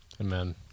Amen